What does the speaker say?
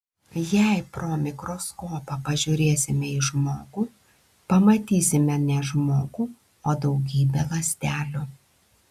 jei pro mikroskopą pažiūrėsime į žmogų pamatysime ne žmogų o daugybę ląstelių